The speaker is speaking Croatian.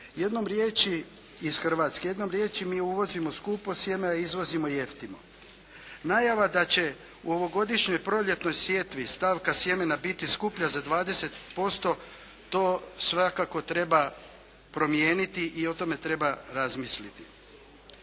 sjemenske robe iz Hrvatske. Jednom riječi mi uvozimo skupo sjeme, a izvozimo jeftino. Najava da će u ovogodišnjoj proljetnoj sjetvi stavka sjemena biti skuplja za 20% to svakako treba promijeniti i o tome treba razmisliti.